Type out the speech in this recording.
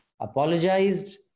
apologized